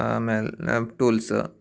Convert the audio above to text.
आमेल् tools